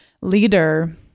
leader